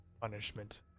punishment